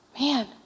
Man